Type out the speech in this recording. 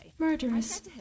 Murderous